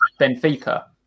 Benfica